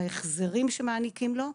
בהחזרים שמעניקים לו,